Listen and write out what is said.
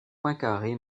poincaré